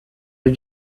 did